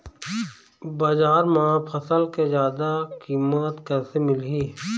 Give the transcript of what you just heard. बजार म फसल के जादा कीमत कैसे मिलही?